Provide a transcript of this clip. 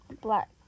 Black